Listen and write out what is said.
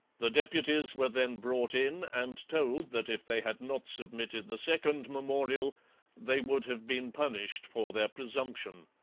the deputies were then brought in and told that if they had not submitted the second memorial they would have been punished for their presumption.